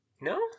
No